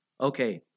Okay